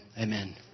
Amen